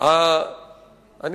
חבר הכנסת שטרית,